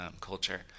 culture